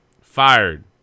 Fired